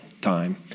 time